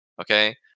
okay